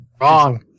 Wrong